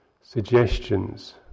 suggestions